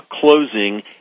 closing